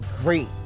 great